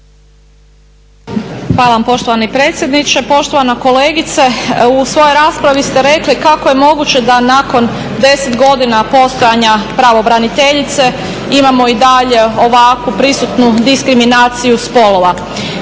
Hvala vam poštovani predsjedniče. Poštovana kolegice, u svojoj raspravi ste rekli kako je moguće da nakon 10 godina postojanja pravobraniteljice imamo i dalje ovako prisutnu diskriminaciju spolova.